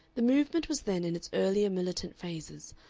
the movement was then in its earlier militant phases,